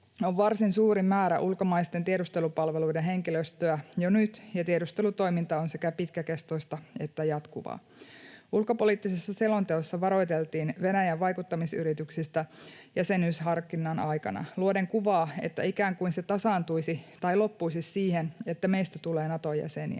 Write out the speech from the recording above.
on varsin suuri määrä ulkomaisten tiedustelupalveluiden henkilöstöä jo nyt, ja tiedustelutoiminta on sekä pitkäkestoista että jatkuvaa. Ulkopoliittisessa selonteossa varoiteltiin Venäjän vaikuttamisyrityksistä jäsenyysharkinnan aikana luomalla kuvaa, että ikään kuin se tasaantuisi tai loppuisi siihen, että meistä tulee Naton jäseniä.